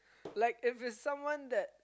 like if it's someone that